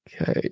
okay